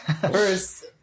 first